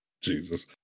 jesus